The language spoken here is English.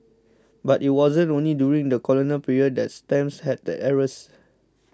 but it wasn't only during the colonial period that stamps had errors